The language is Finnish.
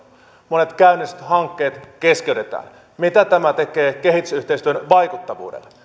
monet käynnistetyt hankkeet keskeytetään mitä tämä tekee kehitysyhteistyön vaikuttavuudelle